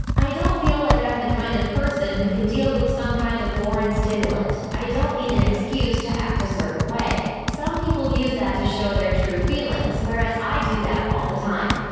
i don't feel like i'm the kind of person who can deal with some kind of foreign stimulant. i don't need an excuse to act a certain way. some people use that to show their true feelings, whereas i do that all the time.